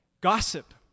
gossip